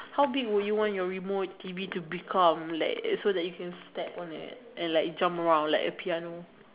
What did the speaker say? how big would you want you remote T_V to become like so that you can step on it and like jump around like a piano